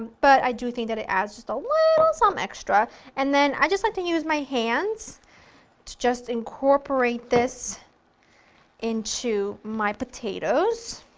but i do think that it adds just a little something um extra and then i just like to use my hands to just incorporate this into my potatoes.